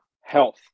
health